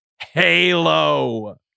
Halo